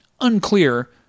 Unclear